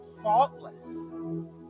faultless